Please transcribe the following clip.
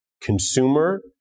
consumer